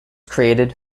created